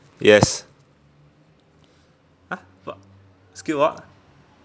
yes !huh! what skill what